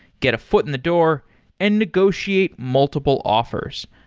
get a foot in the door and negotiate multiple offers.